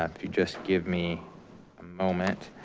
um if you just give me a moment.